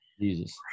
jesus